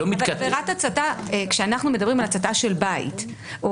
זה לא מתכתב --- כשאנחנו מדברים על הצתה של בית או